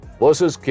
versus